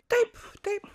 taip taip